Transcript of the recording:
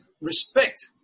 respect